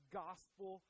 gospel